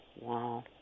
Wow